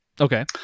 Okay